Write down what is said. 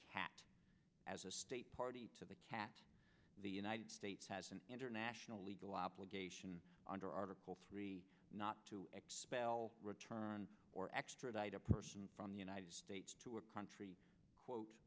cat as a state party to the catch the united states has an international legal obligation under article three not to expel return or extradite a person from the united states to a country quote